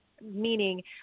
meaning